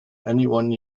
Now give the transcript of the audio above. anyone